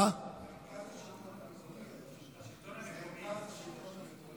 ומרכז השלטון המקומי.